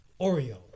Oreo